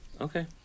Okay